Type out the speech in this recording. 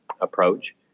approach